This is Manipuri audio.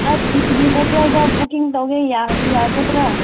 ꯑꯩ ꯅꯪꯒꯤ ꯍꯣꯇꯦꯜꯗ ꯕꯨꯛꯀꯤꯡ ꯇꯧꯒꯦ ꯌꯥꯒꯗ꯭ꯔꯥ